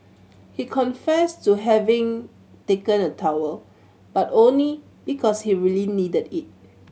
he confessed to having taken a towel but only because he really needed it